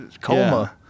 coma